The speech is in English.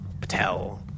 Patel